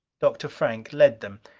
dr. frank led them.